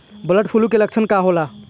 Bird flu के लक्षण का होला?